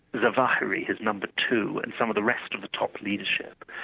zawahiri, his number two and some of the rest of the top leadership,